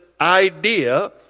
idea